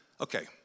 Okay